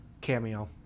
cameo